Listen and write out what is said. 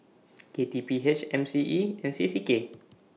K T P H M C E and C C K